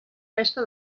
festa